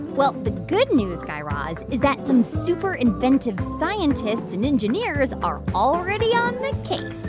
well, the good news, guy raz, is that some super inventive scientists and engineers are already on the